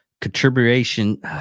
contribution